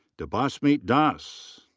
debasmit das.